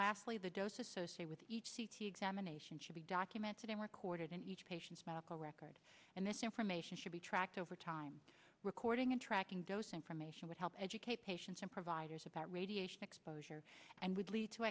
lastly the dose associate with each c t examination should be documented and recorded in each patient's medical record and this information should be tracked over time recording and tracking dose information would help educate patients and providers about radiation exposure and would lead to